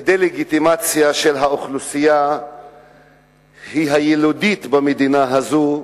ודה-לגיטימציה של האוכלוסייה הילידית במדינה הזו,